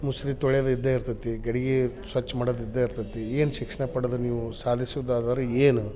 ಮುಸ್ರೆ ತೊಳ್ಯೋದ್ ಇದ್ದೇ ಇರ್ತತಿ ಗಡ್ಗೆ ಸ್ವಚ್ಛ ಮಾಡೋದ್ ಇದ್ದೇ ಇರ್ತತಿ ಏನು ಶಿಕ್ಷಣ ಪಡೆದು ನೀವು ಸಾಧಿಸುವುದಾದರು ಏನು